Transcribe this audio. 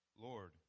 Lord